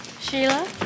Sheila